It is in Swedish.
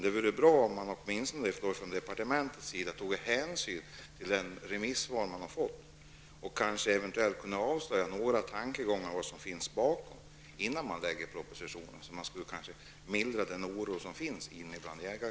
Det vore emellertid bra om man i departementet toge hänsyn till remissvaren och kanske innan propositionen läggs fram kunde avslöja några av tankarna bakom det hela och minska oron inom jägarkåren.